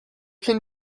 can